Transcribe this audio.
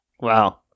Wow